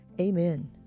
Amen